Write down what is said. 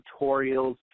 tutorials